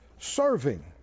serving